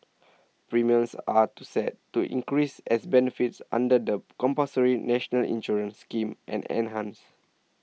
premiums are to set to increase as benefits under the compulsory national insurance scheme and enhanced